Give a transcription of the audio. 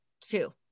two